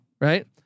right